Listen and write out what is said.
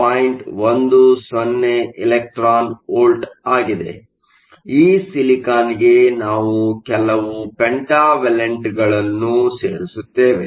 10 electron volt ಆಗಿದೆ ಈ ಸಿಲಿಕಾನ್ಗೆ ನಾವು ಕೆಲವು ಪೆಂಟಾವಲೆಂಟ್ ಡೊಪಂಟ್ ಗಳನ್ನು ಸೇರಿಸುತ್ತೇವೆ